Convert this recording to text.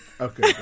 Okay